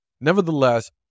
Nevertheless